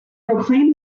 proclaim